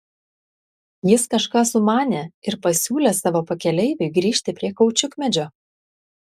jis kažką sumanė ir pasiūlė savo pakeleiviui grįžti prie kaučiukmedžio